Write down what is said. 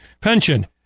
pension